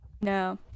No